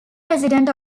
president